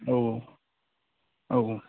औ औ औ